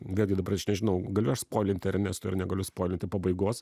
vėlgi dabar aš nežinau galiu aš spoilinti ernestui ar negaliu spoilinti pabaigos